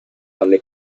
alle